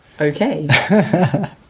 okay